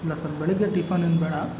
ಇಲ್ಲ ಸರ್ ಬೆಳಗ್ಗೆ ಟಿಫನ್ ಏನು ಬೇಡ